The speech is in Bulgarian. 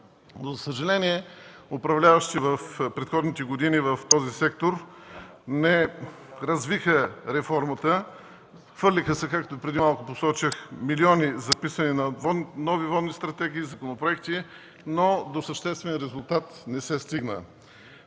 За съжаление, управляващите сектора в предходните години не развиха реформата. Хвърлиха се, както преди малко посочих, милиони лева за писане на нови водни стратегии и законопроекти, но до съществен резултат не се стигна.